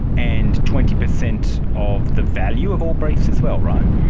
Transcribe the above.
and twenty percent of the value of all briefs as well, right?